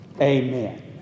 Amen